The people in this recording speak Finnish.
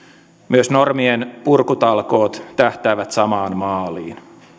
myös normienpurkutalkoot tähtäävät samaan maaliin